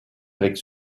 avec